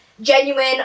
genuine